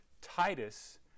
Titus